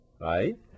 right